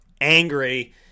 angry